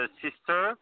sister